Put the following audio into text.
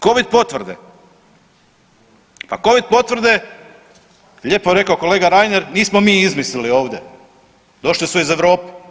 Covid potvrde, a Covid potvrde lijepo je rekao kolega Reiner nismo mi izmislili ovdje, došle su iz Europe.